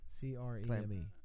C-R-E-M-E